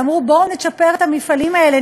אז אמרו: בואו נצ'פר את המפעלים האלה,